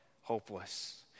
hopeless